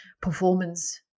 Performance